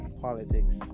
politics